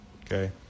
okay